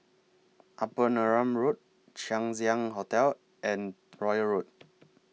Upper Neram Road Chang Ziang Hotel and Royal Road